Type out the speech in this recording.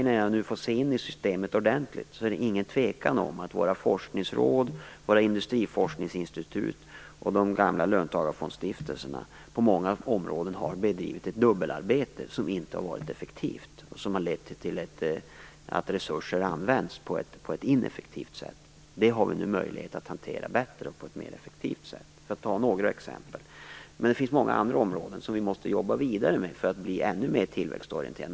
När jag nu får se in i systemet ordentligt är det ingen tvekan om att våra forskningsråd, våra industriforskningsinstitut och de gamla löntagarfondstiftelserna på många områden har bedrivit ett dubbelarbete som inte har varit effektivt och som har lett till att resurser använts på ett ineffektivt sätt. Detta har vi nu möjlighet att hantera bättre och effektivare. Detta var några exempel, men det finns också många andra områden som vi måste jobba vidare med för att bli ännu mer tillväxtorienterade.